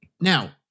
now